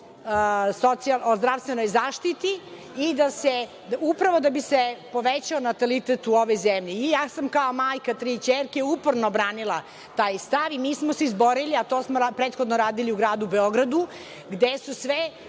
o zdravstvenoj zaštiti upravo da bi se povećao natalitet u ovoj zemlji. Kao majka tri ćerke uporno sam branila taj stari, nismo se izborili, a to smo prethodno radili u gradu Beogradu, gde su sve